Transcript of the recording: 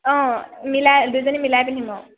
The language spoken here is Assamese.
অঁ মিলাই দুইজনী মিলাই পিন্ধিম আৰু